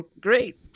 great